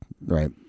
right